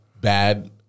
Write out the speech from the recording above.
bad